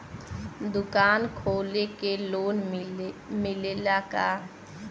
दुकान खोले के लोन मिलेला का?